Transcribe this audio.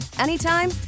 anytime